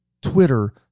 Twitter